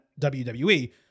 WWE